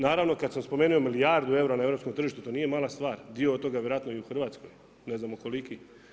Naravno kada sam spomenuo milijardu eura na europskom tržištu to nije mala stvar, dio od toga je vjerojatno u Hrvatskoj, ne znamo koliki.